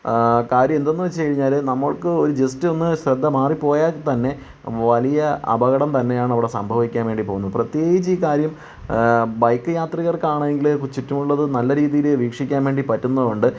കാര്യം എന്താന്ന് വച്ച് കഴിഞ്ഞാൽ നമുക്ക് ജസ്റ്റ് ഒന്ന് ശ്രദ്ധ മാറിപ്പോയാൽ തന്നെ വലിയ അപകടം തന്നെയാണ് അവിടെ സംഭവിക്കാൻ വേണ്ടി പോകുന്നത് പ്രത്യേകിച്ച് ഈ കാര്യം ബൈക്ക് യാത്രികർക്കാണെങ്കിൽ ചുറ്റുമുള്ളത് നല്ല രീതിയിൽ വീക്ഷിക്കാൻ വേണ്ടി പറ്റുന്നത് കൊണ്ട്